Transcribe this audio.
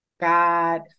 God